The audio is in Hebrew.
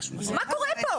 מה קורה פה.